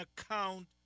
account